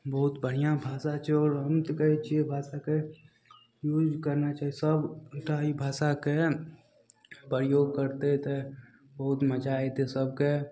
बहुत बढ़िआँ भाषा छै आओर हम तऽ कहय छियै भाषाके यूज करनाइ चाही सभटा एहि भाषाके प्रयोग करतय तऽ बहुत मजा अइतय सभके